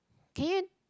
can you